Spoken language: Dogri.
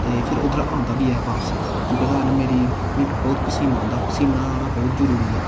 ते फिर उद्धरा औंदा बी ऐ हा बापस जेह्दे कारण मेरी मीं बोह्त पसीना औंदा हा पसीना औना बोह्त जरूरी ऐ